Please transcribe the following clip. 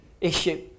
issue